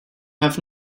have